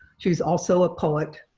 she's also a poet,